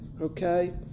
Okay